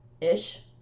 Ish